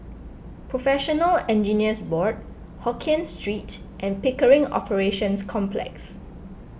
Professional Engineers Board Hokkien Street and Pickering Operations Complex